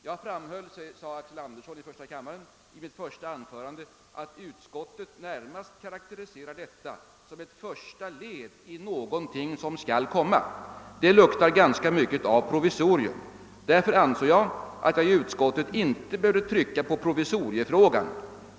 »Jag framhöll i mitt första anförande«, sade herr Andersson, »att utskottet närmast karakteriserar detta som ett första led i någonting som skall komma. Det luktar ganska mycket av provisorium. Därför ansåg jag att jag i utskottet inte behövde trycka på provisoriefrågan.